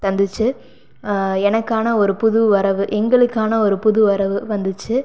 தந்துச்சு எனக்கான ஒரு புது வரவு எங்களுக்கான ஒரு புது வரவு வந்துச்சு